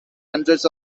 hundreds